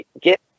get